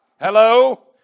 Hello